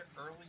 early